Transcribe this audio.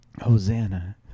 Hosanna